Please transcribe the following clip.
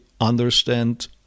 understand